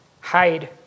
hide